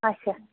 اَچھا